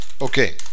Okay